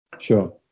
Sure